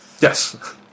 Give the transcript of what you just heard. Yes